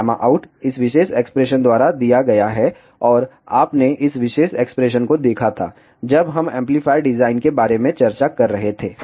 outइस विशेष एक्सप्रेशन द्वारा दिया गया है और आपने इस विशेष एक्सप्रेशन को देखा था जब हम एम्पलीफायर डिजाइन के बारे में चर्चा कर रहे थे